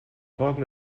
folgen